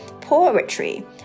poetry